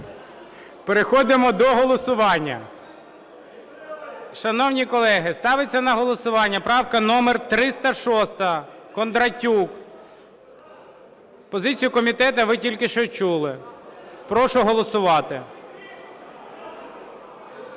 Переходимо до голосування. Шановні колеги, ставиться на голосування правка номер 306 Кондратюк. Позицію комітету ви тільки що чули. Прошу голосувати.